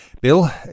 Bill